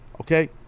okay